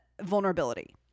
vulnerability